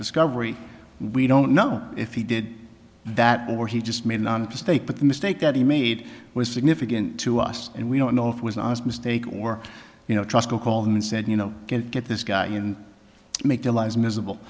discovery we don't know if he did that or he just made a mistake but the mistake that he made was significant to us and we don't know if it was an honest mistake or you know just go call them and said you know get get this guy and make their lives miserable